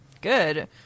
Good